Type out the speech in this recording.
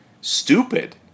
stupid